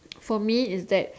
for me is that